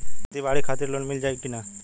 खेती बाडी के खातिर लोन मिल जाई किना?